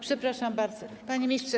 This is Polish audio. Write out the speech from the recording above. Przepraszam bardzo, panie ministrze.